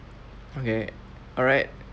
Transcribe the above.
okay alright